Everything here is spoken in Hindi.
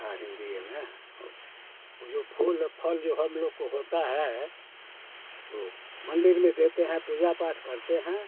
हँ हिंदुओं में वह वह जो फूल और जो फल जो हम लोग को होता है तो मंदिर में देते हैं पूजा पाठ करते हैं